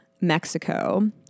Mexico